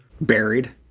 Buried